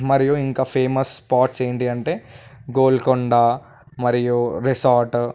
మరియు ఇంకా famous spots ఏంటి అంటే గోల్కొండ మరియు రిసార్ట్